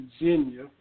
Virginia